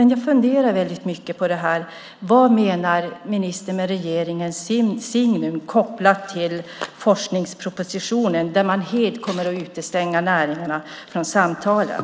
Själv funderar jag väldigt mycket på det här: Vad menar ministern med regeringens signum kopplat till forskningspropositionen när man helt kommer att utestänga näringarna från samtalen?